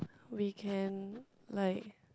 we can like